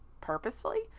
purposefully